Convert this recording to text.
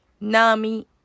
NAMI